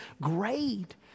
great